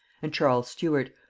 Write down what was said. and charles stuart,